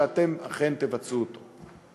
שאתם אכן תבצעו אותו.